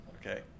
Okay